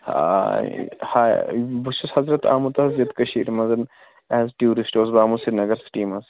ہاے بہٕ چھُس حضرت آمُت حظ یَتھ کٔشیٖرِ منٛز ایز ٹوٗرسٹ اوسُس بہٕ آمُت سرینگر سِٹی منٛز